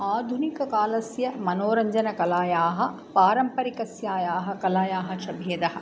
आधुनिककालस्य मनोरञ्जनकलायाः पारम्परिकस्यायाः कलायाः च भेदः